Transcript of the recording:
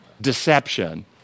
deception